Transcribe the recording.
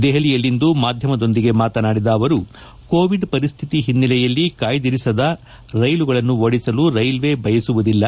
ದೆಹಲಿಯಲ್ಲಿಂದು ಮಾಧ್ಯಮದೊಂದಿಗೆ ಮಾತನಾಡಿದ ಅವರು ಕೋವಿಡ್ ಪರಿಶ್ಲಿತಿ ಹಿನ್ನೆಲೆಯಲ್ಲಿ ಕಾಯ್ದಿರಿಸದ ರೈಲುಗಳನ್ನು ಓಡಿಸಲು ರೈಲ್ಲೆ ಬಯಸುವುದಿಲ್ಲ